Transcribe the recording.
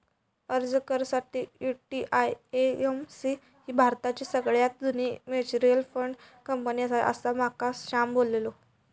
अर्ज कर साठी, यु.टी.आय.ए.एम.सी ही भारताची सगळ्यात जुनी मच्युअल फंड कंपनी आसा, असा माका श्याम बोललो